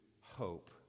hope